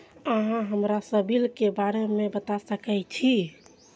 अहाँ हमरा सिबिल के बारे में बता सके छी?